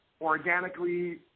organically